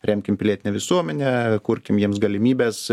remkim pilietinę visuomenę kurkim jiems galimybes